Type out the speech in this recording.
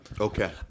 Okay